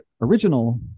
original